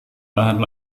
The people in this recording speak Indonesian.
tahan